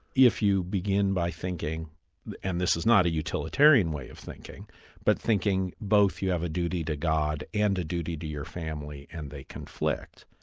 if you begin by thinking and this is not a utilitarian way of thinking but thinking both you have a duty to god and a duty to your family and they conflict,